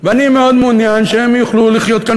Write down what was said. ואני מאוד מעוניין שהם יוכלו לחיות כאן